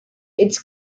its